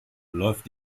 läuft